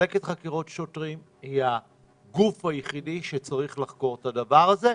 מחלקת חקירות שוטרים היא הגוף היחיד שצריך לחקור את הדבר הזה.